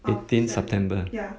the eighteenth september ah